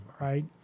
right